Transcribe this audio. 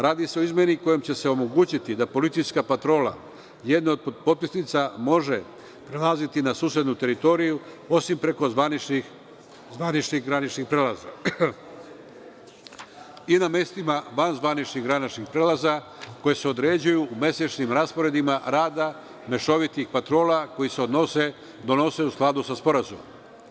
Radi se o izmeni kojom će se omogućiti da policijska patrola jedne od potpisnica može prelaziti na susednu teritoriju osim preko zvaničnih graničnih prelaza i na mestima van zvaničnih graničnih prelaza koji se određuju u mesečnim rasporedima rada mešovitih patrola koji se donose u skladu sa sporazumom.